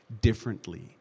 differently